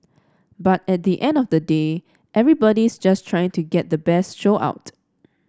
but at the end of the day everybody's just trying to get the best show out